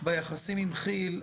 ביחסים עם כי"ל,